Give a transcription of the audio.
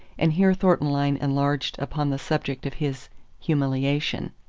and here thornton lyne enlarged upon the subject of his humiliation.